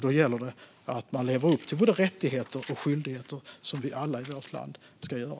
Då gäller det att också leva upp till både rättigheter och skyldigheter, vilket alla i vårt land ska göra.